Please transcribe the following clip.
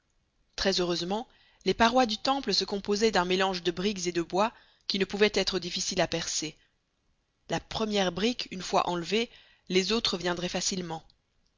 très heureusement les parois du temple se composaient d'un mélange de briques et de bois qui ne pouvait être difficile à percer la première brique une fois enlevée les autres viendraient facilement